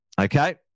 Okay